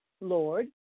Lord